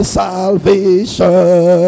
salvation